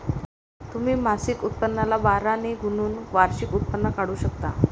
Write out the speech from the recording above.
तुम्ही मासिक उत्पन्नाला बारा ने गुणून वार्षिक उत्पन्न काढू शकता